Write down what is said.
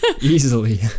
Easily